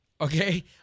Okay